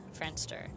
Friendster